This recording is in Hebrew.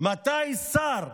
מתי שר,